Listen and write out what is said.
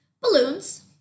balloons